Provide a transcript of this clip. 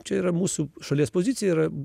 čia yra mūsų šalies pozicija yra